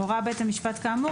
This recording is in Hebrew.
הורה בית המשפט כאמור,